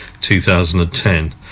2010